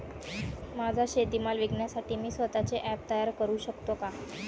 माझा शेतीमाल विकण्यासाठी मी स्वत:चे ॲप तयार करु शकतो का?